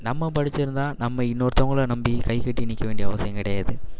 நம்ம படிச்சுருந்தா நம்ம இன்னொருத்தங்களை நம்பி கை கட்டி நிற்க வேண்டிய அவசியம் கிடையாது